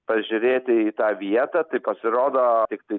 pažiūrėti į tą vietą tai pasirodo tiktai